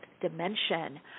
Dimension